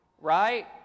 Right